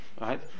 right